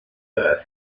earth